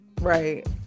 right